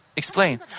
Explain